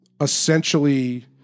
essentially